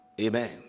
Amen